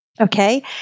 okay